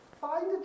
find